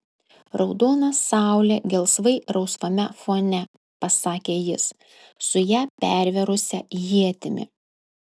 raudona saulė gelsvai rausvame fone pasakė jis su ją pervėrusia ietimi